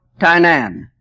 Tainan